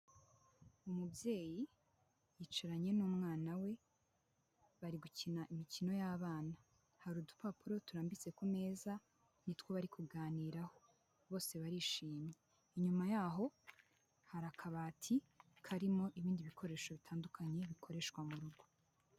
Umubyeyi yicaranye n'umwana we bari gukina imikino y'abana, hari udupapuro turambitse ku meza, ni two bari kuganiraho bose barishimye. Inyuma yaho hari akabati karimo ibindi bikoresho bitandukanye bikoreshwa mu rugo.